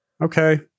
Okay